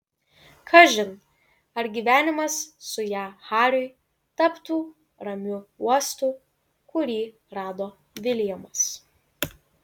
kažin ar gyvenimas su ja hariui taptų ramiu uostu kurį rado viljamas